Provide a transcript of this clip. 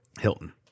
Hilton